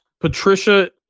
Patricia